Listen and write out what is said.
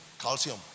Calcium